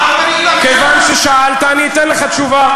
כיוון ששאלת, אני אתן לך תשובה.